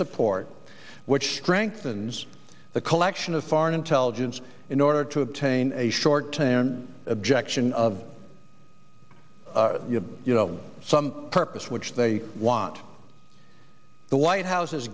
support which strengthens the collection of foreign intelligence in order to obtain a short term objection of you know some purpose which they want the white house is